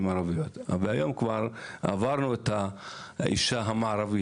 ערביות והיום כבר עברנו את האישה המערבית,